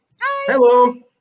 hello